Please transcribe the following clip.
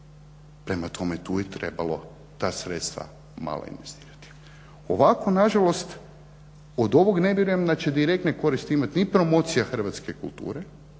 Prema tome tu je trebalo ta sredstva malo investirati. Ovako nažalost od ovog ne vjerujem da će direktne koristi imati ni promocija hrvatske kulture,